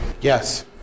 Yes